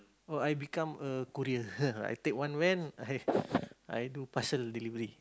or I become a courier I take one van I I do parcel delivery